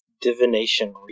divination